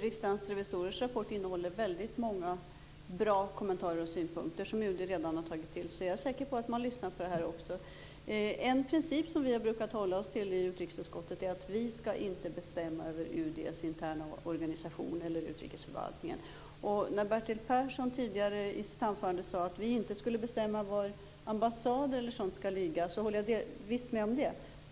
Riksdagens revisorers rapport innehåller väldigt många bra kommentarer och synpunkter, som UD redan har tagit till sig. Jag är säker på att man lyssnar på detta också. En princip som vi har brukat hålla oss till i utrikesutskottet är att vi inte skall bestämma över UD:s interna organisation eller över utrikesförvaltningen. Bertil Persson sade tidigare i sitt anförande att vi inte skall bestämma var ambassader och konsulat skall ligga, och visst håller jag med om det.